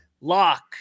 Lock